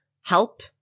help